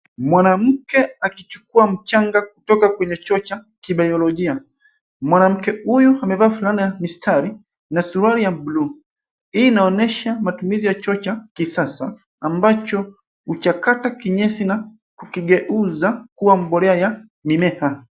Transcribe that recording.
Mwanamke akichukua mchanga kutoka kwenye chuo cha kibiolojia, mwanamke huyu amevaa fulana ya mistari na suruali ya bluu. Hii inaonyesha matumizi ya chuo cha kisasa ambacho huchakata kinyesi na kukigeuza kuwa mbolea ya mimea.